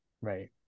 Right